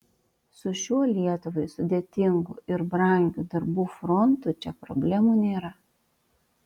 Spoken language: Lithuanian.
su šiuo lietuvai sudėtingu ir brangiu darbų frontu čia problemų nėra